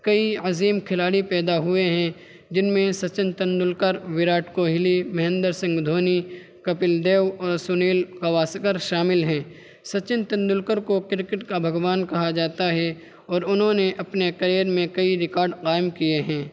کئی عظیم کھلاڑی پیدا ہوئے ہیں جن میں سچن تیندولکر وراٹ کوہیلی مہندر سنگھ دھونی کپل دیو اور سنیل گواسکر شامل ہیں سچن تیندولکر کو کرکٹ کا بھگوان کہا جاتا ہے اور انھوں نے اپنے کیر میں کئی ریکاڈ قائم کیے ہیں